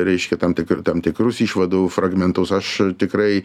reiškia tam tik tam tikrus išvadų fragmentus aš tikrai